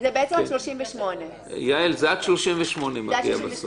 זה בעצם 38. יעל, זה מגיע עד 38 בסוף.